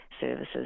services